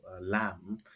lamb